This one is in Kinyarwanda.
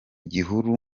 gihuru